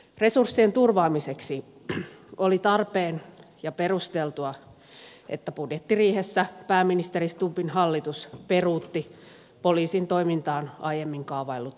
resurssien turvaamiseksi oli tarpeen ja perusteltua että budjettiriihessä pääministeri stubbin hallitus peruutti poliisin toimintaan aiemmin kaavaillut lisäleikkaukset